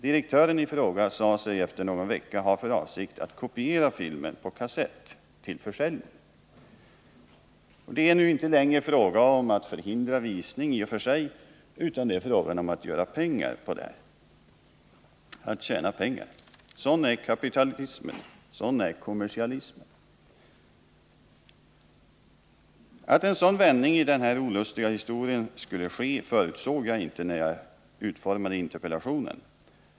Direktören i företaget i fråga sade sig efter någon vecka ha för avsikt att kopiera filmen på kassett till försäljning. Det är nu inte längre fråga om att förhindra visning i och för sig, utan det är fråga om att tjäna pengar. Sådan är kommersialismen! Att en sådan vändning i denna olustiga historia skulle ske förutsåg jag inte när jag utformade interpellationen.